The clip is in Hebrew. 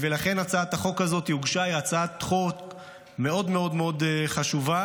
ולכן הצעת החוק הזאת שהוגשה היא הצעת חוק מאוד מאוד מאוד חשובה.